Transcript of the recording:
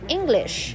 English